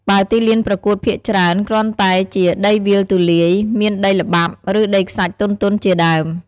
បើទីលានប្រកួតភាគច្រើន គ្រាន់តែជាដីវាលទូលាយ មានដីល្បាប់ ឬដីខ្សាច់ទន់ៗជាដើម។